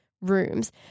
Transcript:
rooms